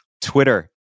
Twitter